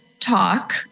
talk